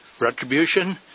retribution